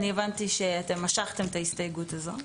אני הבנתי שאתם משכתם את ההסתייגות הזאת.